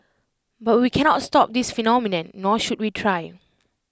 but we cannot stop this phenomenon nor should we try